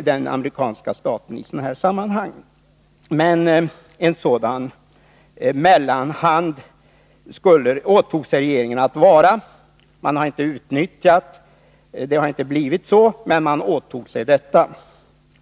den amerikanska staten i sådana här sammanhang, men en sådan mellanhand åtog sig regeringen att vara. Det blev inte så, men regeringen åtog sig uppgiften.